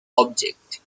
object